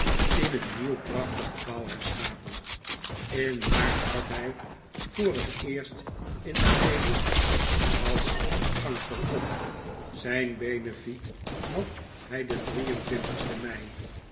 in een nieuw prachtig gebouw herschapen in maart trad hij voor het eerst in la perouse als kanko op zijn benefiet had hij den sten mei